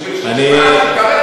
בשביל שנשמע שכרגע אנחנו לא שומעים